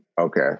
Okay